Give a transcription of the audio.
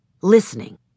listening